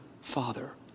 father